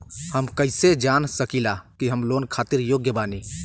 हम कईसे जान सकिला कि हम लोन खातिर योग्य बानी?